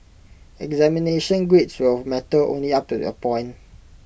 examination grades will matter only up A point